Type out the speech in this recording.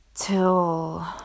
till